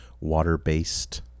water-based